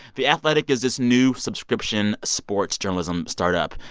the athletic is this new subscription sports journalism startup.